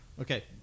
Okay